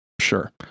sure